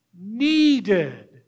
needed